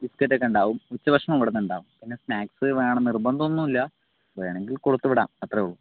ബിസ്കറ്റുമൊക്കെയുണ്ടാകും ഉച്ചഭക്ഷണവും ഇവിടുന്നുണ്ടാവും പിന്നെ സ്നാക്ക്സ് വേണമെന്ന് നിർബന്ധമൊന്നുമില്ല വേണമെങ്കിൽ കൊടുത്തുവിടാം അത്രെ ഉള്ളു